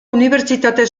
unibertsitate